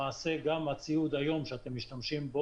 למעשה גם הציוד היום שאתם משתמשים בו